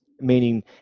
meaning